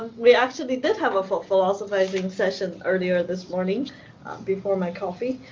we actually did have a full philosophizing session earlier this morning before my coffee.